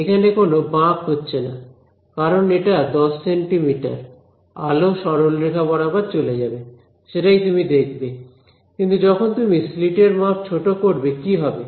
এখানে কোন বাঁক হচ্ছেনা কারণ এটা 10 সেন্টিমিটার আলো সরলরেখা বরাবর চলে যাবে সেটাই তুমি দেখবে কিন্তু যখন তুমি স্লিট এর মাপ ছোট করবে কি হবে